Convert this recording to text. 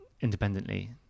independently